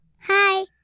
Hi